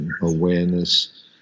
awareness